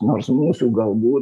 nors mūsų galbūt